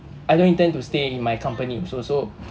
I don't intend to stay in my company so so